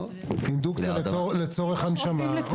אינדוקציה לצורך הנשמה.